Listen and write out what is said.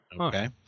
Okay